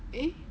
eh